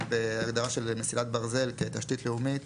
בהגדרה של מסילת ברזל כתשתית לאומית.